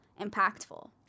impactful